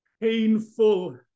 painful